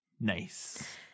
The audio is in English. Nice